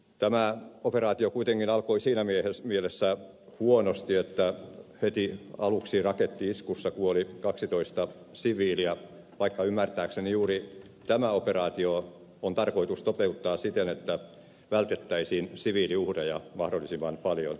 tämä operaatio kuitenkin alkoi siinä mielessä huonosti että heti aluksi raketti iskussa kuoli kaksitoista siviiliä vaikka ymmärtääkseni juuri tämä operaatio on tarkoitus toteuttaa siten että vältettäisiin siviiliuhreja mahdollisimman paljon